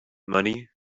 money